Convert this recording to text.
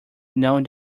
knowing